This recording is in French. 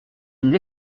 une